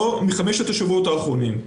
לא, זה מחמשת השבועות האחרונים.